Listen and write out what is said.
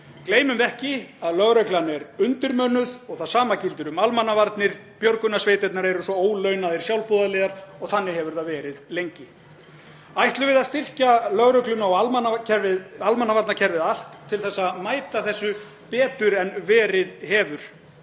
Gleymum ekki að lögreglan er undirmönnuð og það sama gildir um almannavarnir. Björgunarsveitirnar eru svo ólaunaðir sjálfboðaliðar og þannig hefur það verið lengi. Ætlum við að styrkja lögregluna og almannavarnakerfið allt til að mæta þessu betur en verið hefur?